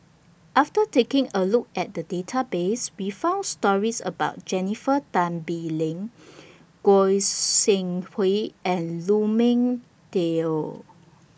after taking A Look At The Database We found stories about Jennifer Tan Bee Leng Goi Seng Hui and Lu Ming Teh Earl